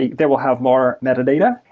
they will have more metadata.